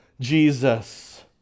jesus